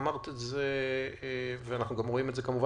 אמרת את זה ואנחנו גם רואים את זה בכתב,